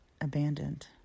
abandoned